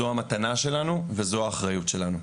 זאת המתנה שלנו וזאת האחריות שלנו.